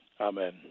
Amen